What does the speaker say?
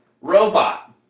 Robot